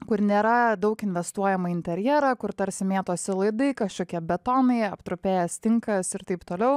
kur nėra daug investuojama į interjerą kur tarsi mėtosi laidai kažkokie betonai aptrupėjęs tinkas ir taip toliau